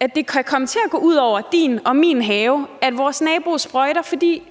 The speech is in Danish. at det kan komme til at gå ud over din og min have, at vores nabo sprøjter, fordi